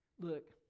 look